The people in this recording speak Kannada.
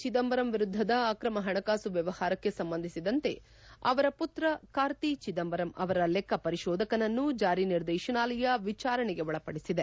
ಚದಂಬರಂ ವಿರುದ್ದದ ಅಕ್ರಮ ಹಣಕಾಸು ವ್ಲವಹಾರಕ್ಷೆ ಸಂಬಂಧಿಸಿದಂತೆ ಅವರ ಪುತ್ರ ಕಾರ್ತಿ ಚಿದಂಬರಂ ಅವರ ಲೆಕ್ಕ ಪರಿಶೋಧಕನನ್ನು ಜಾರಿ ನಿರ್ದೇಶನಾಲಯ ವಿಚಾರಣೆಗೆ ಒಳಪಡಿಸಿದೆ